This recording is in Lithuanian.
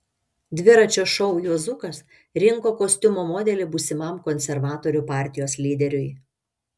dviračio šou juozukas rinko kostiumo modelį būsimam konservatorių partijos lyderiui